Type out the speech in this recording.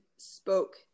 spoke